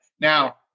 Now